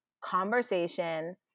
conversation